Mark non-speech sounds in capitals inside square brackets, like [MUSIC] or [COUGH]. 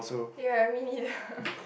ya me neither [BREATH]